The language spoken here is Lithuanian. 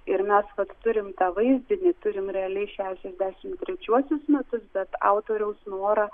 ir mes vat turim tą vaizdinį turim realiai šešiasdešimt trečiuosius metus bet autoriaus norą